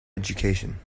education